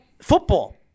Football